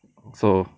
so